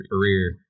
career